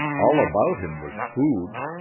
all about him was food.